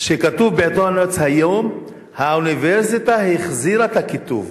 שכתוב בעיתון "הארץ" היום: האוניברסיטה החזירה את הכיתוב.